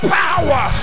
power